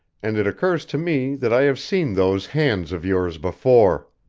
and it occurs to me that i have seen those hands of yours before.